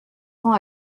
rend